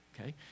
Okay